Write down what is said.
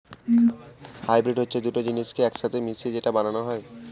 hybrid হচ্ছে দুটো জিনিসকে এক সাথে মিশিয়ে যেটা বানানো হয়